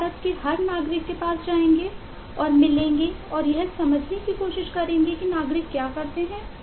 आप भारत के हर नागरिक के पास जाते हैं और मिलते हैं और यह समझने की कोशिश करते हैं कि नागरिक क्या करते हैं